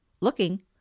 looking